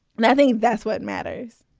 and i think that's what matters